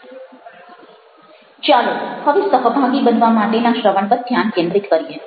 ચાલો હવે સહભાગી બનવા માટેના શ્રવણ પર ધ્યાન કેન્દ્રિત કરીએ